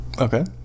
Okay